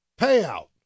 payout